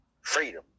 freedom